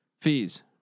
fees